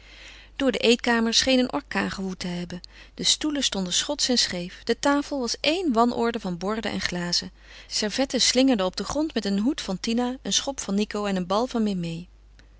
door de eetkamer scheen een orkaan gewoed te hebben de stoelen stonden schots en scheef de tafel was één wanorde van borden en glazen servetten slingerden op den grond met een hoed van tina een schop van nico en een bal van memée